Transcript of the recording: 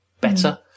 better